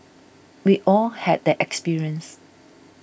we all had that experience